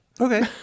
Okay